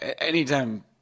Anytime